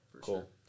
Cool